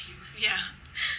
ya